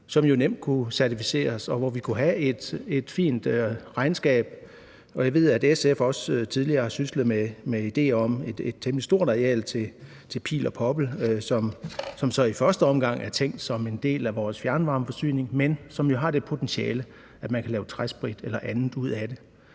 jo nemt kunne certificeres, og hvor vi kunne have et fint regnskab. Og jeg ved, at SF også tidligere har syslet med ideer om et temmelig stort areal til pil og poppel, som så i første omgang er tænkt som en del af vores fjernvarmeforsyning, men som jo har det potentiale, at man kan lave træsprit eller andet ud af det.